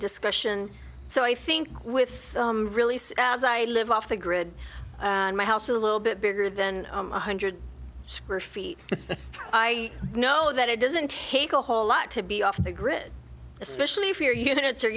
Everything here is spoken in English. discussion so i think with really a live off the grid in my house a little bit bigger than one hundred square feet i know that it doesn't take a whole lot to be off the grid especially if your units are